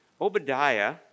Obadiah